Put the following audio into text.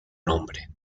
nombre